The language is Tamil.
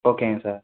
ஓகேங்க சார்